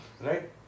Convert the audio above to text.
right